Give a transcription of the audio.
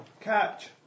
catch